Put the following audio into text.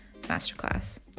masterclass